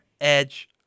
Edge